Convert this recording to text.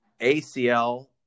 ACL